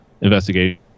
investigation